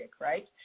right